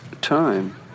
time